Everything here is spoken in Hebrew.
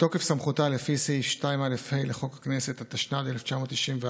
מתוקף סמכותה לפי סעיף 2א(ה) לחוק הכנסת התשנ"ד 1994,